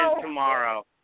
tomorrow